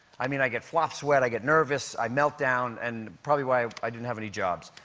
i mean i get flop sweat. i get nervous. i melt down, and probably why i didn't have any jobs.